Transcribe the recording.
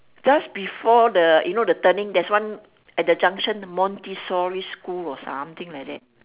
just before the you know the turning there's one at the junction montessori school or something like that